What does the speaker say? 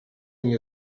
nie